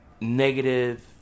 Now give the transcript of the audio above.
negative